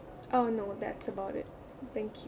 oh no that's about it thank you